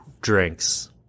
drinks